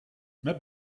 met